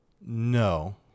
no